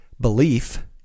belief